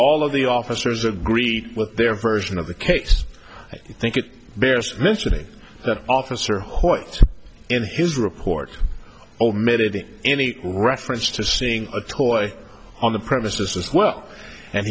all of the officers agree with their version of the case i think it bears mentioning that officer hoyt in his report omitted any reference to seeing a toy on the premises as well and